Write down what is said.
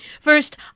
First